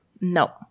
No